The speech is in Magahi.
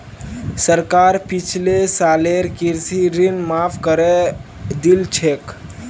सरकार पिछले सालेर कृषि ऋण माफ़ करे दिल छेक